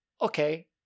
Okay